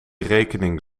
rekening